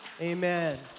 Amen